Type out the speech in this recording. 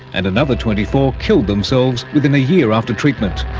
and another twenty four killed themselves within a year after treatment.